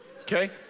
okay